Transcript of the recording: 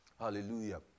Hallelujah